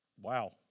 wow